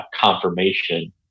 confirmation